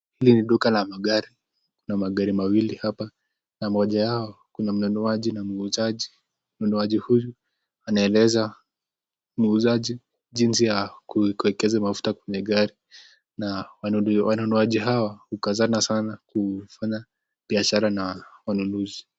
Hili ni duka la magari kuna magari mawiwi hapa, na mmoja yao Kuna mnunuji na muzaji. mnunuaji huyu anaeleza muzaji jinzi ya kuwekeza mafuta kwenye gari. Na wanunuaji hawa hukazana sana kufanya biashara na wanunuzi.